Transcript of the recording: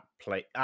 play